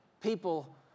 People